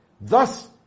thus